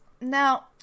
Now